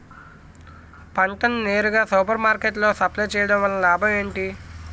పంట ని నేరుగా సూపర్ మార్కెట్ లో సప్లై చేయటం వలన లాభం ఏంటి?